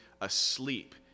asleep